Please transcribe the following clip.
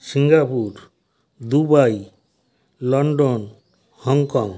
Singapore Dubai London Hong Kong